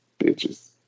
bitches